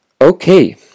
Okay